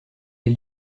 est